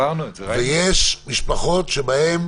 יש משפחות שבהן